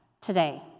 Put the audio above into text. today